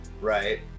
right